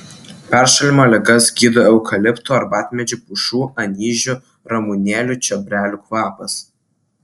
peršalimo ligas gydo eukaliptų arbatmedžių pušų anyžių ramunėlių čiobrelių kvapas